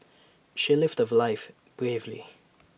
she lived her life bravely